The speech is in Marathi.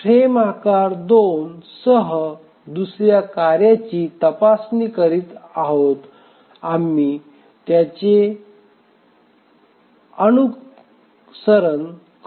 फ्रेम आकार 2 सह दुसर्या कार्याची तपासणी करत आहोत आम्ही त्याच गोष्टीचे अनुसरण करू